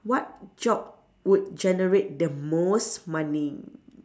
what job would generate the most money